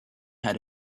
had